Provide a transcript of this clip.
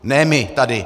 Ne my, tady.